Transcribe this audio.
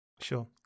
Sure